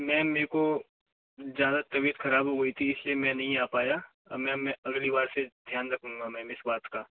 ma'am मेरे को ज़्यादा तबियत ख़राब हो गई थी इसलिए मैं नहीं आ पाया अब मैम मैं अगली बार से ध्यान रखूँगा मैम इस बात का